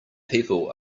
people